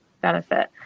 benefit